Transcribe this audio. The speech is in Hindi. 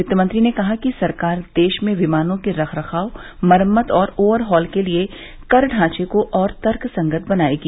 वित्त मंत्री ने कहा कि सरकार देश में विमानों के रख रखाव मरम्मत और ओवरहॉल के लिए कर ढांचे को और तर्कसंगत बनाएगी